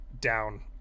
down